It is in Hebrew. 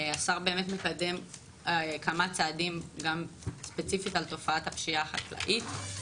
השר באמת מקדם כמה צעדים גם ספציפית לתופעת הפשיעה החקלאית.